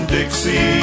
Dixie